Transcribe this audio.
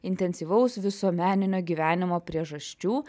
intensyvaus visuomeninio gyvenimo priežasčių